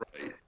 right